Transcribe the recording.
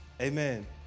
Amen